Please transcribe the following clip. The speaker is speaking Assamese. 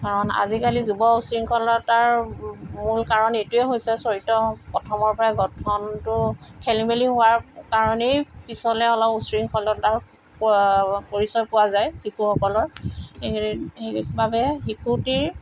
কাৰণ আজিকালি যুৱ উশৃংখলতাৰ মূল কাৰণ এইটোৱে হৈছে চৰিত্ৰ প্ৰথমৰ পৰাই গঠনটো খেলিমেলি হোৱাৰ কাৰণেই পিছলৈ অলপ উশৃংখলতাৰ প পৰিচয় পোৱা যায় শিশুসকলৰ সেই সেইবাবে শিশুটিৰ